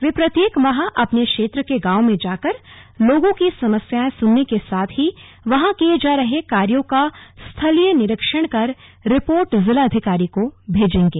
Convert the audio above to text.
वे प्रत्येक माह अपने क्षेत्र के गांवों में जाकर लोगों की समस्याएं सुनने के साथ ही वहां किये जा रहे कार्यो का स्थलीय निरीक्षण कर रिपोर्ट जिलाधिकारी को भेजेंगे